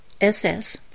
SS